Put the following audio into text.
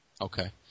okay